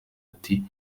ati